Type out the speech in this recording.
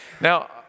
Now